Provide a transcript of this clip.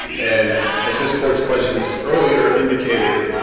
and as this court's questions earlier indicated,